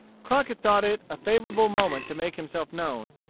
crockett thought it a favorable moment to make himself known,